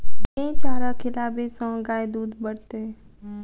केँ चारा खिलाबै सँ गाय दुध बढ़तै?